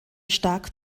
stark